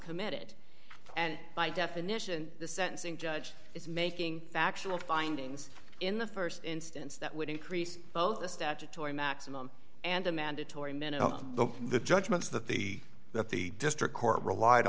committed and by definition the sentencing judge is making factual findings in the st instance that would increase both the statutory maximum and a mandatory minimum the judgments that the that the district court relied